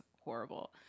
horrible